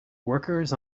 workers